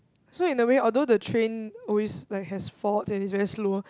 so in a way although the train always like has faults and is very slow